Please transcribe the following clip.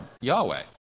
Yahweh